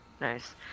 Nice